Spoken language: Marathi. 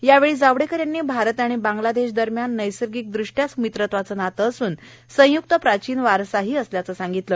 यावेळी जावडेकर यांनी भारत आणि बांग्लादेश दरम्यान नैसर्गिक दृष्ट्या मित्रत्वाचं नातं असून संयुक्त प्राचिन वारसाही असल्याचं सांगितलं